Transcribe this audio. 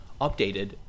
updated